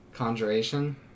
Conjuration